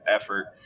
effort